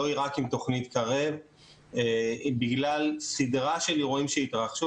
רק עם תוכנית קרב אלא בגלל סדרה של אירועים שהתרחשו,